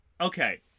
okay